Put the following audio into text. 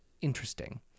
interesting